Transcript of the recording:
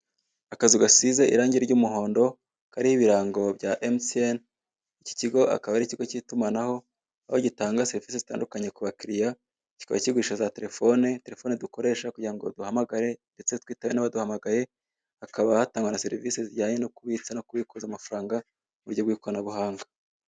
Akazu gasize irangi ry'umuhondo kariho ibirango bya emutiyene. Iki kigo akaba ari ikigo cy'itumanaho aho gitanga serivise zitandukanye ku bakiriya. Kikaba kugurisha za telefone, telefone dukoresha kugirango duhamagare ndetse twitabe n'abaduhamaye, hakaba hatangwa na serivise zijyanye no kubitsa no kubikuza amafaranga mu buryo bw'ikoranabuhanga.